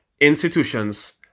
institutions